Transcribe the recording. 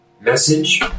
message